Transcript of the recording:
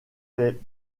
fait